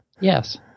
Yes